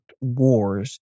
Wars